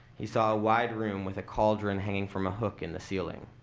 he saw a wide room with a cauldron hanging from a hook in the ceiling.